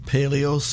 Paleo